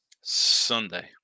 Sunday